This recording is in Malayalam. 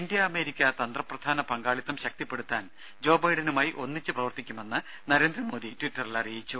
ഇന്ത്യ അമേരിക്ക തന്ത്രപ്രധാന പങ്കാളിത്തം ശക്തിപ്പെടുത്താൻ ജോബൈഡനുമായി ഒന്നിച്ച് പ്രവർത്തിക്കുമെന്ന് നരേന്ദ്രമോദി ട്വിറ്ററിൽ അറിയിച്ചു